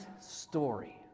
story